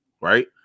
right